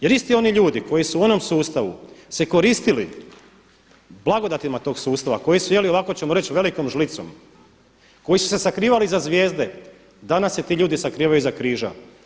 Jer isti oni ljudi koji su u onom sustavu se koristili blagodatima tog sustava koji su jeli ovako ćemo reći, velikom žlicom, koji su se sakrivali iza zvijezde, danas se ti ljudi sakrivaju iza križa.